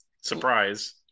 Surprise